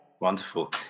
Wonderful